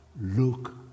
Look